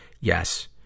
Yes